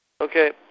Okay